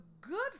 good